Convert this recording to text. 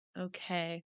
Okay